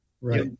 Right